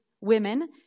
women